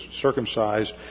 circumcised